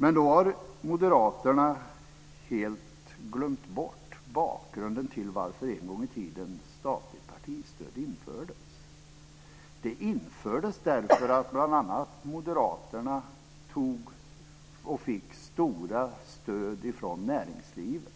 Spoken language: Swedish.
Men då har Moderaterna helt glömt bort bakgrunden till att det statliga partistödet en gång i tiden infördes. Det infördes därför att bl.a. Moderaterna tog och fick stora stöd från näringslivet.